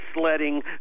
sledding